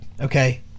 Okay